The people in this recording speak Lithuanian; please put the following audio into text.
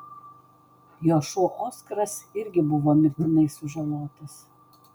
jo šuo oskaras irgi buvo mirtinai sužalotas